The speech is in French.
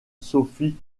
sophie